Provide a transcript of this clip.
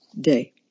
day